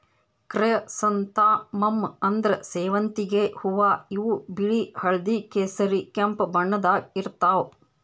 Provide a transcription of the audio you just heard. chrysanthemum ಅಂದ್ರ ಸೇವಂತಿಗ್ ಹೂವಾ ಇವ್ ಬಿಳಿ ಹಳ್ದಿ ಕೇಸರಿ ಕೆಂಪ್ ಬಣ್ಣದಾಗ್ ಇರ್ತವ್